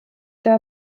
der